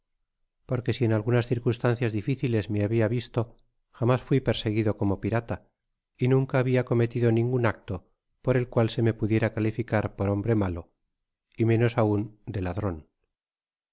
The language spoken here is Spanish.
porque si en algunas circunstancias difíciles me habia visto jamás fui perseguido como pirata y nunca habia cometido ningun acto por el cual se me pudiera calificar por hombre malo y menos aun de ladron